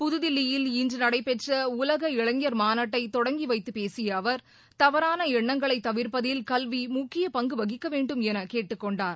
புதுதில்லியில் இன்று நடைபெற்ற உலக இளைஞர் மாநாட்டை தொடங்கிவைத்து பேசிய அவர் தவறான எண்ணங்களை தவிர்ப்பதில் கல்வி முக்கிய பங்கு வகிக்கவேண்டும் என கேட்டுக்கொண்டார்